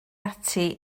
ati